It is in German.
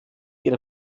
ihre